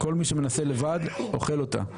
כל מי שמנסה לבד אוכל אותה.